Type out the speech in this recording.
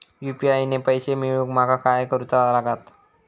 UPI ने पैशे मिळवूक माका काय करूचा लागात?